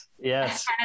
yes